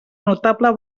notable